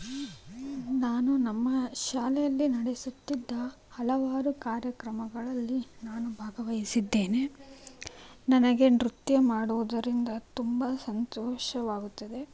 ನಾನು ನಮ್ಮ ಶಾಲೆಯಲ್ಲಿ ನಡೆಸುತ್ತಿದ್ದ ಹಲವಾರು ಕಾರ್ಯಕ್ರಮಗಳಲ್ಲಿ ನಾನು ಭಾಗವಹಿಸಿದ್ದೇನೆ ನನಗೆ ನೃತ್ಯ ಮಾಡುವುದರಿಂದ ತುಂಬ ಸಂತೋಷವಾಗುತ್ತದೆ